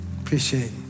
Appreciate